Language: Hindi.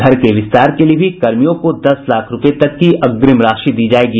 घर के विस्तार के लिए भी कर्मियों को दस लाख रुपये तक की अग्रिम राशि दी जायेगी